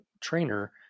trainer